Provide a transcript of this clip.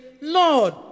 Lord